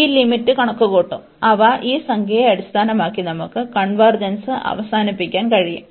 ഈ ലിമിറ്റ് കണക്കുകൂട്ടും അവ ഈ സംഖ്യയെ അടിസ്ഥാനമാക്കി നമുക്ക് കൺവെർജെൻസ് അവസാനിപ്പിക്കാൻ കഴിയും